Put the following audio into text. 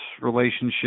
relationship